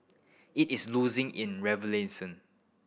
it is losing in relevance